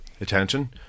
attention